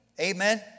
Amen